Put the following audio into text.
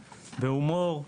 בהומור,